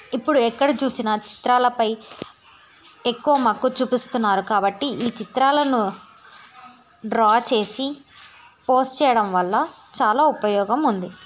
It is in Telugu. ఇప్పుడు ఎక్కడ చూసిన చిత్రాలపై ఎక్కువ మక్కువ చూపిస్తున్నారు కాబట్టి ఈ చిత్రాలను డ్రా చేసి పోస్ట్ చేయడం వల్ల చాలా ఉపయోగం ఉంది